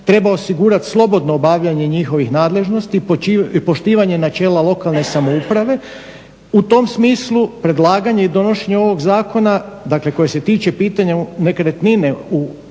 treba osigurati slobodno obavljanje njihovih nadležnosti i poštivanje načela lokalne samouprave, u tom smislu predlaganje i donošenje ovog Zakona dakle koje se tiče pitanja nekretnine u vlasništvu